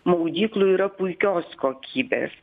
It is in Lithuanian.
maudyklų yra puikios kokybės